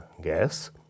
gas